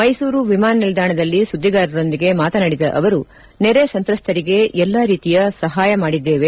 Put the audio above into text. ಮ್ನೆಸೂರು ವಿಮಾನ ನಿಲ್ದಾಣದಲ್ಲಿ ಸುದ್ದಿಗಾರರೊಂದಿಗೆ ಮಾತನಾಡಿದ ಅವರು ನೆರೆ ಸಂತ್ರಸ್ತರಿಗೆ ಎಲ್ಲ ರೀತಿಯ ಸಹಾಯ ಮಾಡಿದ್ದೇವೆ